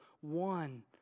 one